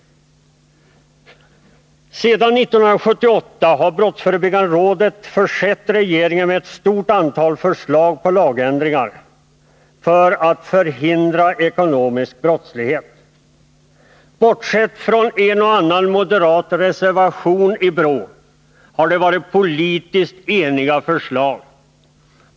Sedan 1978 har Brottsförebyggande rådet försett regeringen med ett stort antal förslag till lagändringar för att förhindra ekonomisk brottslighet. Bortsett från att en och annan moderat reservation har avgivits i BRÅ har det varit politiskt enhälliga förslag.